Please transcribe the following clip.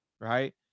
Right